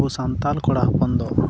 ᱟᱵᱚ ᱥᱟᱱᱛᱟᱞ ᱠᱚᱲᱟ ᱦᱚᱯᱚᱱ ᱫᱚ